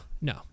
no